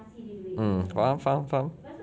mm faham faham faham